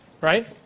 right